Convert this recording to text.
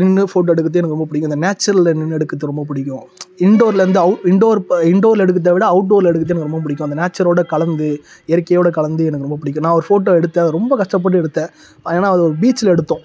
நின்னு ஃபோட்டோ எடுக்கிறது எனக்கு ரொம்ப பிடிக்கும் அந்த நேச்சரில் நின்று எடுக்கிறது ரொம்ப பிடிக்கும் இண்டோரில் இருந்து அவுட் இண்டோர் இப்போ இண்டோரில் எடுக்கிறத விட அவுட்டோரில் எடுக்கிறது எனக்கு ரொம்ப பிடிக்கும் அந்த நேச்சரோடு கலந்து இயற்கையோட கலந்து எனக்கு ரொம்ப பிடிக்கும் நான் ஒரு ஃபோட்டோ எடுத்தேன் ரொம்ப கஷ்டப்பட்டு எடுத்தேன் ஏன்னால் அது ஒரு பீச்சில் எடுத்தோம்